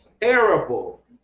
terrible